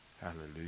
Hallelujah